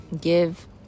Give